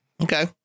okay